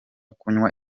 kunywa